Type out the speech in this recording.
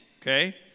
okay